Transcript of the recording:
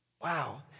Wow